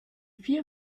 vier